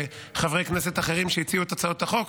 וחברי כנסת אחרים שהציעו את הצעות החוק.